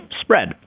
spread